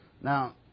Now